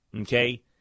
okay